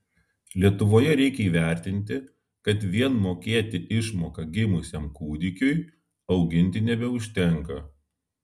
lietuvoje reikia įvertinti kad vien mokėti išmoką gimusiam kūdikiui auginti nebeužtenka